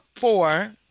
four